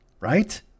Right